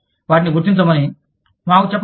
వాటిని గుర్తించమని మాకు చెప్పవద్దు